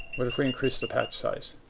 what if we increase the patch size?